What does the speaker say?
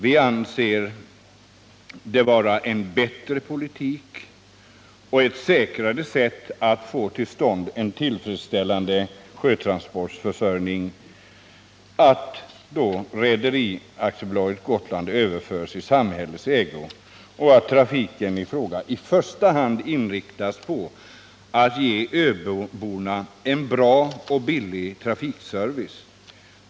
Vi anser det vara en bättre politik och ett säkrare sätt att få till stånd en tillfredsställande sjötransportförsörjning att Rederi AB Gotland överförs i samhällets ägo och att trafiken i fråga i första hand inriktas på att ge öborna en bra och billig trafikservice.